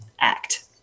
act